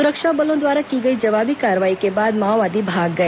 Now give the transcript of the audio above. सुरक्षा बलों द्वारा की गई जवाबी कार्रवाई के बाद माओवादी भाग गए